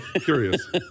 Curious